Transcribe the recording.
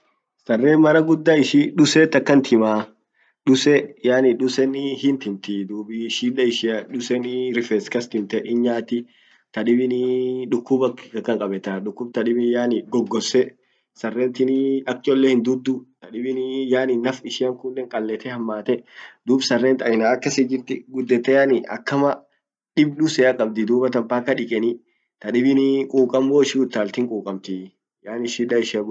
Saren mara guda ishin duset akan timaa ,duse yani dusen hintimti dubi shida ishian duse rifes kas timte hinyati ka dibin dukub ak akan qabetaa dukub tabidi yani goggosse sarentini ak cholle hindutu tadibini yani naf ishian kun qallete hamaate dun saren aina akasit jirti gudette yani akama dib dusea qabdi dubatan mpaka diqani tadibini quqam hoishin utalt hinquqamti yani shida ishian.